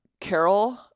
Carol